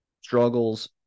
struggles